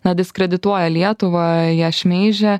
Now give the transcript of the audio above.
na diskredituoja lietuvą ją šmeižia